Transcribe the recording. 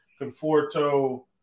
Conforto